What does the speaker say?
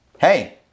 Hey